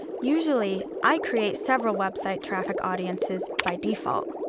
usually i create several website traffic audiences by default.